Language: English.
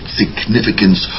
significance